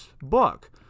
book